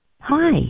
Hi